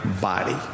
body